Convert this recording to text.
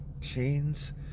chains